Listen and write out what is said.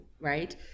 right